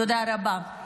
תודה רבה.